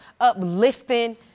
uplifting